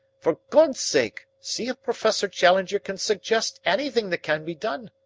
for god's sake, see if professor challenger can suggest anything that can be done.